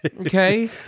okay